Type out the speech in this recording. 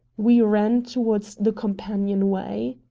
we ran toward the companionway.